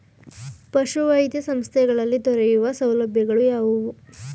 ಪಶುವೈದ್ಯ ಸಂಸ್ಥೆಗಳಲ್ಲಿ ದೊರೆಯುವ ಸೌಲಭ್ಯಗಳು ಯಾವುವು?